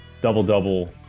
double-double